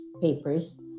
papers